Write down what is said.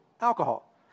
alcohol